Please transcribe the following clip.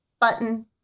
button